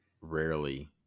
rarely